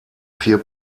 vier